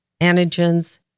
antigens